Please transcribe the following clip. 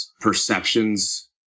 perceptions